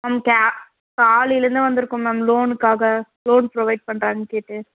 ma'am கே காலையில இருந்து வந்திருக்கோம் மேம் லோனுக்காக லோன் ப்ரொவைட் பண்ணுறாங்கன்னு கேட்டு